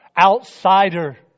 outsider